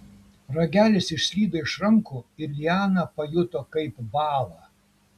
ragelis išslydo iš rankų ir liana pajuto kaip bąla